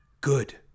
good